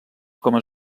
com